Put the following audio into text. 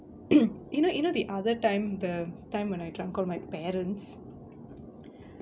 you know you know the other time the time when I drunk on my parents